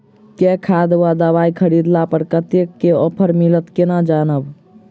केँ खाद वा दवाई खरीदला पर कतेक केँ ऑफर मिलत केना जानब?